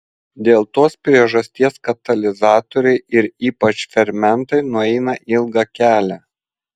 dėl tos priežasties katalizatoriai ir ypač fermentai nueina ilgą kelią